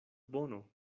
bono